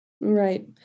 Right